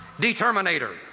determinator